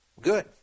Good